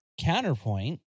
Counterpoint